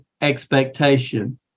expectation